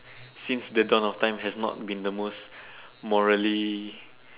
since the dawn of time has not been the most morally